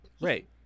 Right